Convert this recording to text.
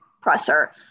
presser